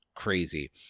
crazy